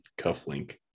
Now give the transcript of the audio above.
cufflink